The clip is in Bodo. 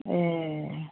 ए